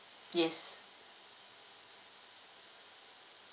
yes